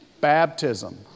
baptism